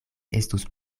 estus